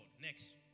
Next